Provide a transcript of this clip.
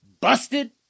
busted